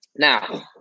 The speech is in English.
Now